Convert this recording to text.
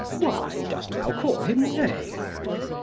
why dost thou call him knave?